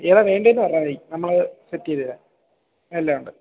ഏതാണ് വേണ്ടിയതെന്ന് പറഞ്ഞാൽ മതി നമ്മളത് സെറ്റ് ചെയ്ത് തരാം എല്ലാം ഉണ്ട്